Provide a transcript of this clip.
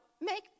make